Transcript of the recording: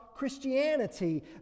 Christianity